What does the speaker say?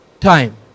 time